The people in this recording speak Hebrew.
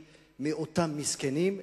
מכיוון שרוב הקיצוצים נלקחים מאותם מסכנים,